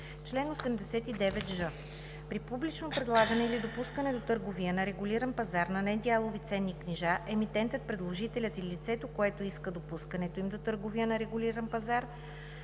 Чл. 89ж. При публично предлагане или допускане до търговия на регулиран пазар на недялови ценни книжа, емитентът, предложителят или лицето, което иска допускането им до търговия на регулиран пазар,